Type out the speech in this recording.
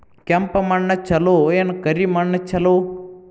ಕೆಂಪ ಮಣ್ಣ ಛಲೋ ಏನ್ ಕರಿ ಮಣ್ಣ ಛಲೋ?